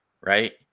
right